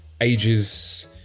ages